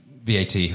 VAT